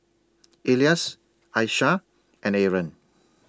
Elyas Aishah and Aaron